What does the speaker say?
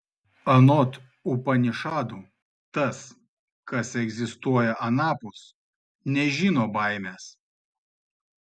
anot upanišadų tas kas egzistuoja anapus nežino baimės